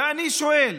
ואני שואל: